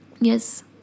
Yes